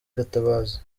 gatabazi